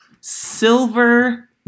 Silver